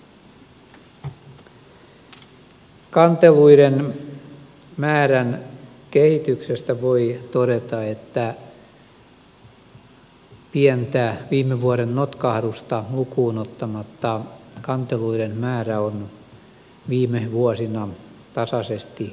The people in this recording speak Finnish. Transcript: kanteluiden määrän kehityksestä voi todeta että pientä viime vuoden notkahdusta lukuun ottamatta kanteluiden määrä on viime vuosina tasaisesti noussut